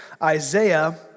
Isaiah